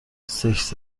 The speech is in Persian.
سکس